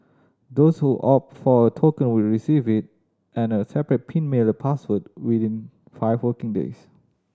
those who opt for a token will receive it and a separate pin mailer password within five working days